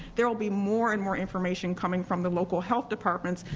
there will be more and more information coming from the local health departments.